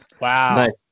Wow